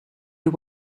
you